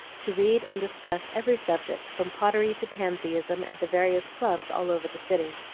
to read and discuss every subject, from pottery to pantheism, at the various clubs all over the city.